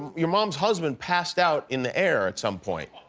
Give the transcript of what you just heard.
your mom's husband passed out in the air at some point.